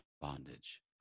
bondage